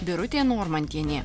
birutė normantienė